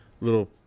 little